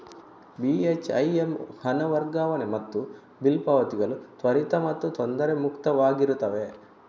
ಬಿ.ಹೆಚ್.ಐ.ಎಮ್ ಹಣ ವರ್ಗಾವಣೆ ಮತ್ತು ಬಿಲ್ ಪಾವತಿಗಳು ತ್ವರಿತ ಮತ್ತು ತೊಂದರೆ ಮುಕ್ತವಾಗಿರುತ್ತವೆ